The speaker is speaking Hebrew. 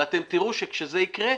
ואתן תראו שכשזה יקרה,